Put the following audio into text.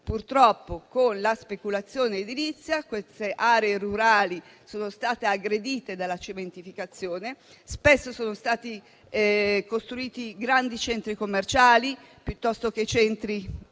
Purtroppo, con la speculazione edilizia, le aree rurali sono state aggredite dalla cementificazione, e spesso sono stati costruiti grandi centri commerciali, piuttosto che centri